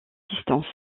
distances